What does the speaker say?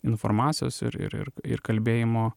informacijos ir ir ir ir kalbėjimo